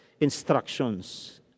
instructions